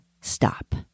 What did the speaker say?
stop